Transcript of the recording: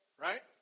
right